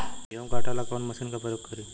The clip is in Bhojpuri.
गेहूं काटे ला कवन मशीन का प्रयोग करी?